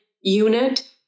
unit